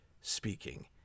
speaking